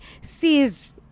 sees